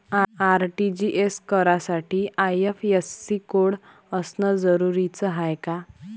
RTGS करासाठी IFSC code असनं जरुरीच हाय का?